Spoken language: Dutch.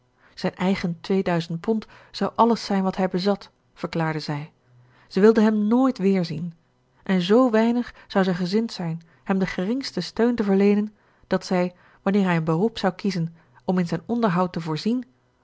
zijn eigen tweeduizend pond zouden alles zijn wat hij bezat verklaarde zij zij wilde hem nooit weerzien en z weinig zou zij gezind zijn hem den geringsten steun te verleenen dat zij wanneer hij een beroep zou kiezen om in zijn onderhoud te voorzien